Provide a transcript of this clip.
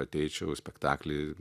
ateičiau į spektaklį